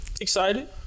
Excited